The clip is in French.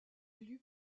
élu